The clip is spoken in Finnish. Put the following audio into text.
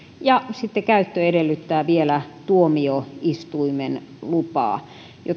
ja käyttö edellyttää vielä tuomioistuimen lupaa